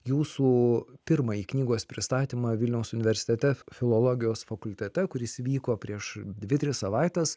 jūsų pirmąjį knygos pristatymą vilniaus universitete filologijos fakultete kuris vyko prieš dvi tris savaites